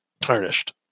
tarnished